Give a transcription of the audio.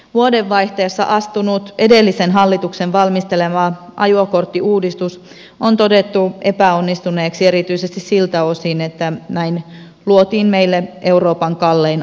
vuodenvaihteessa voimaan astunut edellisen hallituksen valmistelema ajokorttiuudistus on todettu epäonnistuneeksi erityisesti siltä osin että näin luotiin meille euroopan kallein ajo opetus